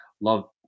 love